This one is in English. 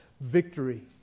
victory